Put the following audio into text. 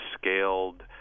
scaled